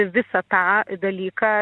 visą tą dalyką